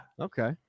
Okay